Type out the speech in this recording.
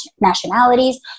nationalities